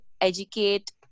educate